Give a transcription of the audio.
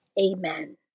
Amen